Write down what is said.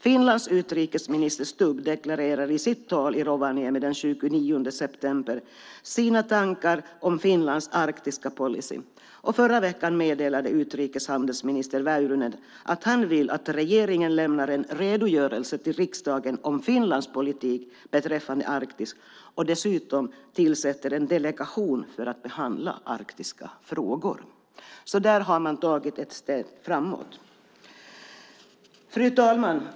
Finlands utrikesminister Stubb deklarerade i sitt tal i Rovaniemi den 29 september sina tankar om Finlands arktiska policy. Och förra veckan meddelade utrikeshandelsminister Väyrynen att han vill att regeringen lämnar en redogörelse till riksdagen om Finlands politik beträffande Arktis och dessutom tillsätter en delegation för att behandla arktiska frågor. Så där har man tagit ett steg framåt. Fru talman!